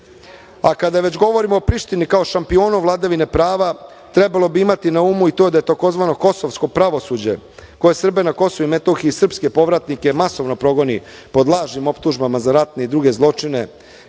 pate. Kada već govorim o Prištini kao šampionu vladavine prava, trebalo bi imati na umu i to da je tzv. kosovsko pravosuđe koje Srbe na KiM srpske povratnike masovno progoni pod lažnim optužbama za ratne i druge zločine,